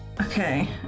Okay